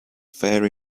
fair